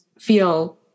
feel